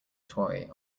toy